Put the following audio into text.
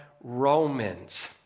Romans